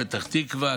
פתח תקווה,